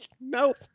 Nope